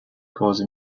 cause